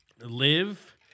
live